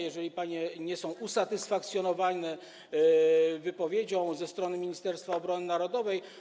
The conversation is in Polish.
Jeżeli panie nie są usatysfakcjonowane wypowiedzią ze strony Ministerstwa Obrony Narodowej.